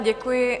Děkuji.